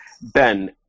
Ben